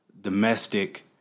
domestic